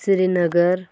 Srinagar